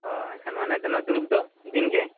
ᱚᱻ ᱮᱱᱠᱷᱟᱱ ᱟᱵᱤᱱᱟᱜ ᱫᱩᱲᱩᱵᱫᱚ ᱫᱤᱱᱜᱮ